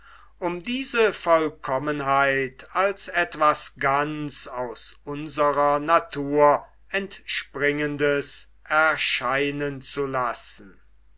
um diese vollkommenheit als etwas ganz aus unserer natur entspringendes erscheinen zu lassen